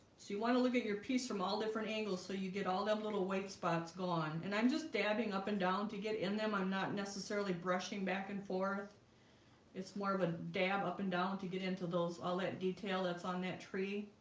so you want to look at your piece from all different angles? so you get all the little white spots gone and i'm just dabbing up and down to get in them i'm, not necessarily brushing back and forth it's more of a dab up and down to get into those all that detail that's on that tree